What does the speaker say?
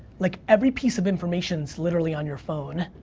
like, every piece of information's literally on your phone,